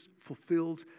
fulfilled